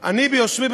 אני לא חושב שזה תקין.